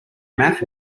math